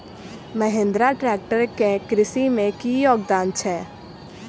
Mahindra tractor केँ कृषि मे की योगदान छै?